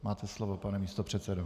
Máte slovo, pane místopředsedo.